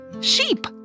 Sheep